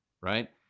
right